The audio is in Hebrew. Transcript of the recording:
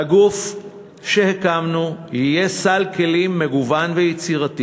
לגוף שהקמנו יהיה סל כלים מגוון ויצירתי